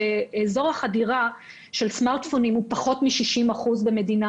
שכשאזור החדירה של סמארטפונים הוא פחות מ-60% במדינה